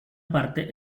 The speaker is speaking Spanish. parte